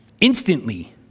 Instantly